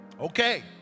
okay